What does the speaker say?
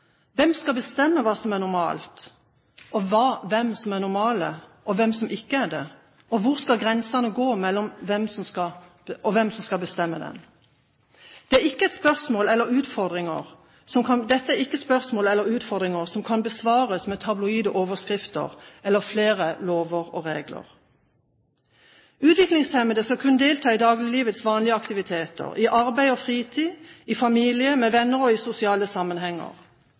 Hvem skal bestemme hva som er normalt, hvem som er normale, og hvem som ikke er det? Hvor skal grensene gå, og hvem skal bestemme dem? Dette er ikke spørsmål eller utfordringer som kan besvares med tabloidoverskrifter eller flere lover og regler. Utviklingshemmede skal kunne delta i dagliglivets vanlige aktiviteter, i arbeid og fritid, i familie, med venner og i sosiale sammenhenger.